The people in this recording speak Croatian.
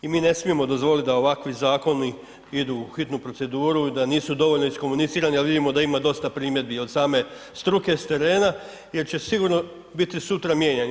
I mi ne smijemo dozvolit da ovakvi zakoni idu u hitnu proceduru i da nisu dovoljno iskomunicirani, ali vidimo da ima dosta primjedbi i od same struke s terena, jer će sigurno biti sutra mijenjani.